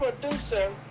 producer